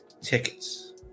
tickets